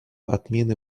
отмены